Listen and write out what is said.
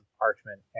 parchment